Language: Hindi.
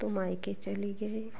तो मायके चली गई